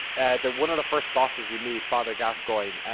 and they're one of the first bosses you meet, father gascoigne.